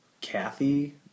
Kathy